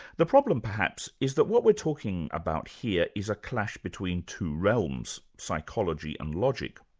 the problem perhaps is that what we're talking about here is a clash between two realms psychology and logic.